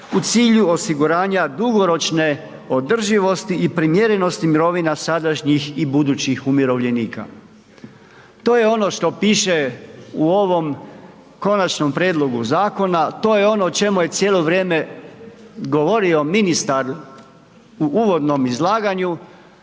u cilju osiguranja dugoročne održivosti i primjerenosti mirovina sadašnjih i budućih umirovljenika. To je ono što piše u ovom konačnom prijedlogu zakona, to je ono o čemu je cijelo vrijeme govorio ministar u uvodnom izlaganju,